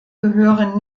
gehören